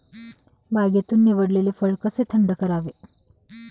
बागेतून निवडलेले फळ कसे थंड करावे?